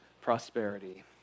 prosperity